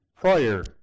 prior